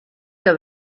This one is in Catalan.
que